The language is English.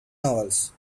novels